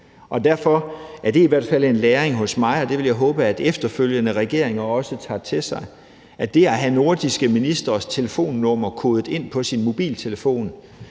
Derfor er det i hvert fald en læring hos mig, og det vil jeg håbe efterfølgende regeringer også tager til sig, nemlig det at have nordiske ministres telefonnumre kodet ind på sin mobiltelefon,